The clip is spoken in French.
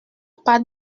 pas